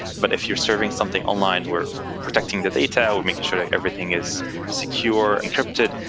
but if you're serving something online, we're protecting the data, we're making sure that everything is secure encrypted,